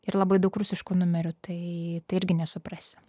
ir labai daug rusiškų numerių tai irgi nesupras